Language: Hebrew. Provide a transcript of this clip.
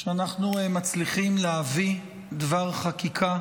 כשאנחנו מצליחים להביא דבר חקיקה